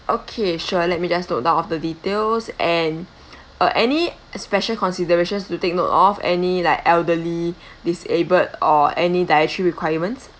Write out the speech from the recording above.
okay sure let me just note down all of the details and uh any special considerations to take note of any like elderly disabled or any dietary requirements